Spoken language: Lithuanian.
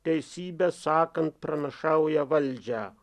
teisybę sakant pranašauja valdžią